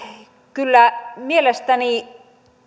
kyllä mielestäni